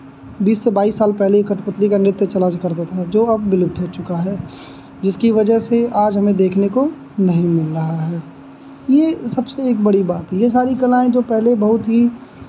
बीस से बाइस साल पहले कठपुतली का नृत्य चला करता था जो अब विलुप्त हो चुका है जिसकी वजह से आज हमें देखने को नहीं मिल रहा है ये सबसे एक बड़ी बात है ये सारी कलाएँ जो पहले बहुत ही